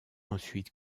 ensuite